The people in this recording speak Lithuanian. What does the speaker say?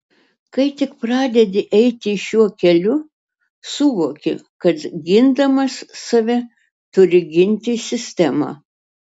kai tik pradedi eiti šiuo keliu suvoki kad gindamas save turi ginti sistemą